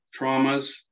traumas